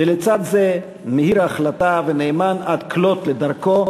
ולצד זה מהיר החלטה ונאמן עד כלות לדרכו